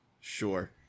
Sure